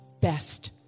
best